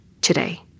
today